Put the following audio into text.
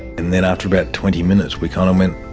and then after about twenty minutes we kind of went,